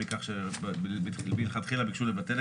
מכל מקום אתה צודק שגם בהקשר ההוא יש